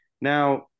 Now